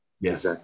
yes